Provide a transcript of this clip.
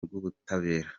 rw’ubutabera